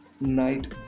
night